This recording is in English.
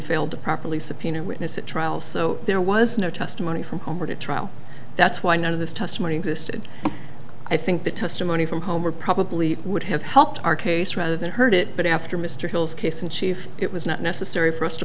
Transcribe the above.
failed to properly subpoena witnesses trial so there was no testimony from homer to trial that's why none of this testimony existed i think the testimony from homer probably would have helped our case rather than heard it but after mr hill's case in chief it was not necessary for us to